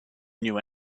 new